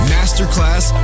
Masterclass